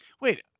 wait